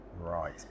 Right